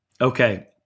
Okay